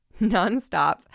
nonstop